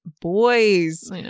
boys